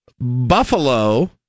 buffalo